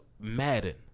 Madden